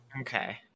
okay